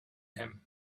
him